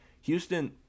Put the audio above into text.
Houston